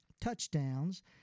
touchdowns